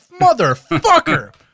motherfucker